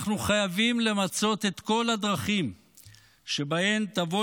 אנחנו חייבים למצות את כל הדרכים שבהן תבוא